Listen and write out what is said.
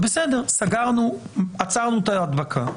בסדר, עצרנו את ההדבקה,